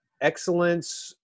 excellence